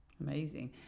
Amazing